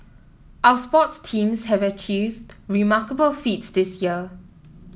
our sports teams have achieved remarkable feats this year